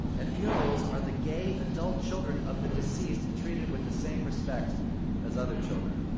at funerals, are the gay adult children of the deceased treated with the same respect as other children?